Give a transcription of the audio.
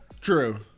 True